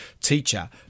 teacher